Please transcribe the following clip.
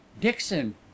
dixon